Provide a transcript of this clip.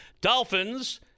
Dolphins